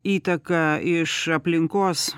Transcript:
įtaka iš aplinkos